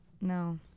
No